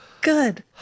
good